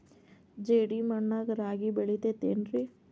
ಜೇಡಿ ಮಣ್ಣಾಗ ರಾಗಿ ಬೆಳಿತೈತೇನ್ರಿ?